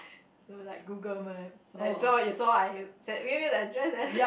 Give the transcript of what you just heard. so like Google Map like you saw you saw I said give me the address then